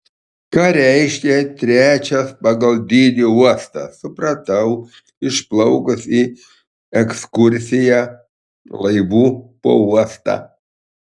ką reiškia trečias pagal dydį uostas supratau išplaukus į ekskursiją laivu po uostą